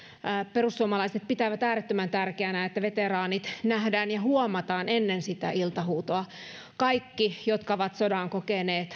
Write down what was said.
perussuomalaiset pitävät äärettömän tärkeänä että veteraanit nähdään ja huomataan ennen sitä iltahuutoa kaikki jotka ovat sodan kokeneet